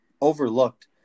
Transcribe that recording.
overlooked